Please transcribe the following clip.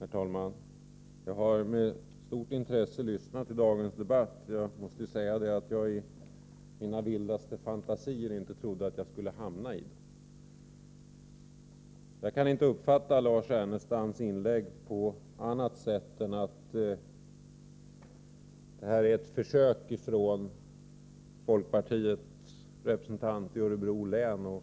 Herr talman! Jag har med stort intresse lyssnat på dagens debatt, men jag måste säga att jag i mina vildaste fantasier inte trodde att jag skulle bli inblandad i den. Jag kan inte uppfatta Lars Ernestams inlägg på annat sätt än att det här är ett försök från folkpartiets representant i Örebro län att